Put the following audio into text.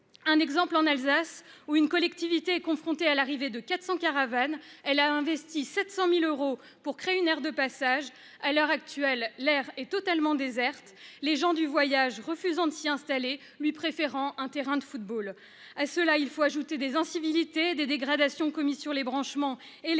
un exemple, en Alsace, une collectivité est confrontée à l'arrivée de 400 caravanes. Elle a investi 700 000 euros pour créer une aire de grand passage. À l'heure actuelle, celle-ci est totalement déserte, les gens du voyage refusant de s'y installer, lui préférant un terrain de football. À cela, il faut ajouter des incivilités et des dégradations commises sur les branchements